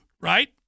right